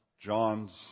John's